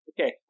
Okay